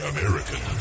American